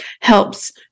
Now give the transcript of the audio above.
helps